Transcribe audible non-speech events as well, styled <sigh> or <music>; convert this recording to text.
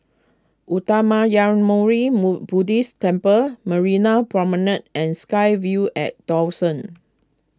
Uttamayanmuni <unintelligible> Buddhist Temple Marina Promenade and SkyVille at Dawson